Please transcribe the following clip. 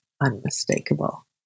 unmistakable